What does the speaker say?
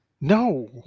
No